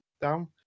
down